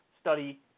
study